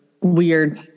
weird